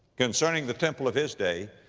concerning the temple of his day,